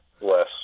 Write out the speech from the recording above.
less